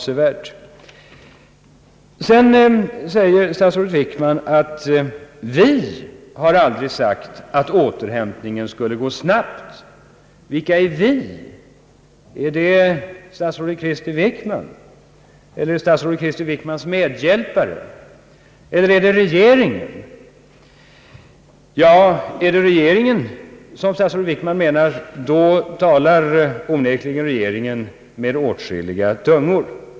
Så säger statsrådet Wickman: Vi har aldrig sagt att återhämtningen skulle gå snabbt. Vilka är »vi»? Är det statsrådet Krister Wickman, eller är det statsrådet Krister Wickmans medhjälpare, eller är det regeringen? Är det regeringen som statsrådet Wickman menar så talar onekligen denna regering med skilda tungor.